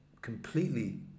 completely